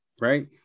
Right